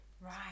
right